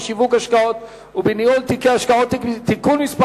בשיווק השקעות ובניהול תיקי השקעות (תיקון מס'